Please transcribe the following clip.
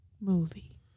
Movie